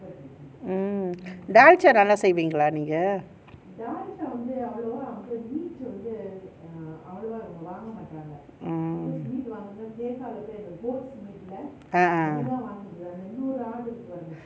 mm dalcha நல்ல செய்வீங்களா நீங்க:dhalsa nalla seyveengala neenga ah ah ah